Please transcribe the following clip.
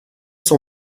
son